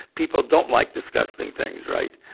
people don't like disgusting things, right?